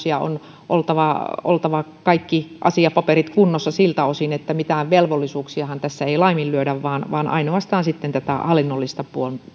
ja on oltava oltava kaikki asiapaperit kunnossa siltä osin mitään velvollisuuksiahan tässä ei laiminlyödä vaan vaan ainoastaan tätä hallinnollista